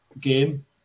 game